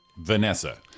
Vanessa